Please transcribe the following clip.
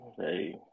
Hey